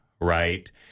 right